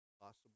possible